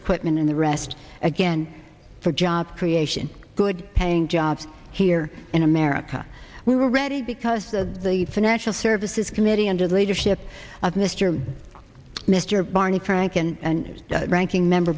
equipment and the rest again for job creation good paying jobs here in america we're ready because the financial services committee under the leadership of mister mr barney frank and ranking member